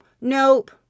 nope